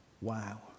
Wow